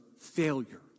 failure